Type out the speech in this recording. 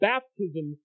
Baptism